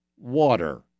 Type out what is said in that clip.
water